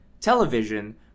television